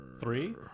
three